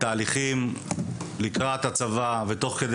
נעסוק בתהליכים לקראת הצבא ותוך כדי